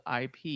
IP